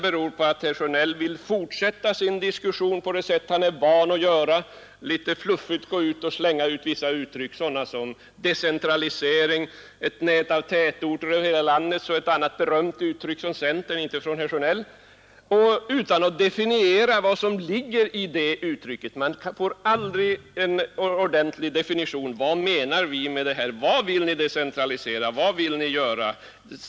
Herr Sjönell vill fortsätta att föra debatten på det sätt som han är van, nämligen att litet fluffigt slänga omkring sig med uttryck som decentralisering, ett nät av tätorter över hela landet — det sistnämnda är ett berömt uttryck från centerpartiet, inte av herr Sjönell — och utan att definiera vad som ligger bakom det man säger. Vi får aldrig någon ordentlig definition av vad ni menar. Vad vill ni decentralisera? Vad ni vill göra?